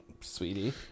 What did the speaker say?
sweetie